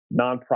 nonprofit